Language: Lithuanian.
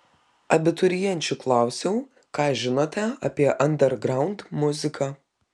abiturienčių klausiau ką žinote apie andergraund muziką